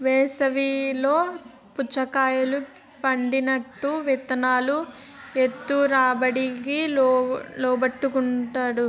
వేసవి లో పుచ్చకాయలు పండినట్టు విత్తనాలు ఏత్తె రాబడికి లోటుండదు